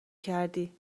کردی